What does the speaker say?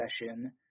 session